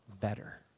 better